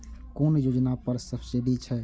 कुन योजना पर सब्सिडी छै?